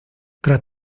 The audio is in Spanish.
tras